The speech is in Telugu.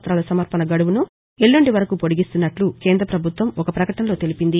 వ్యతాల సమర్పణ గడువును ఎల్లుండి వరకూ పొడిగిస్తున్నట్లు కేంద్రపభుత్వం ఒక గ్రపకటనలో తెలిపింది